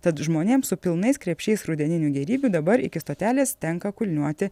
tad žmonėms su pilnais krepšiais rudeninių gėrybių dabar iki stotelės tenka kulniuoti